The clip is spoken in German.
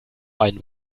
einen